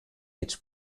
its